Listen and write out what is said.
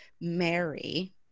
Mary